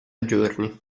giorni